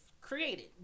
created